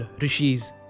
Rishis